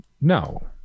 no